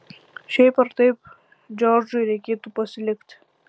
šiaip ar taip džordžui reikėtų pasilikti